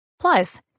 Plus